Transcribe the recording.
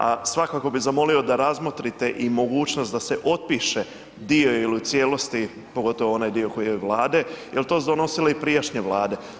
A svakako bih zamolio da razmotrite i mogućnost da se otpiše dio ili u cijelosti, pogotovo onaj dio Vlade jer to su donosile i prijašnje vlade.